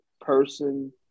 person